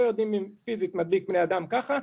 לא יודעים אם פיזית מדביק בני אדם ככה,